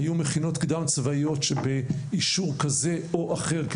היו מכינות קדם צבאיות שבאישור כזה או אחר,